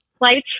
lights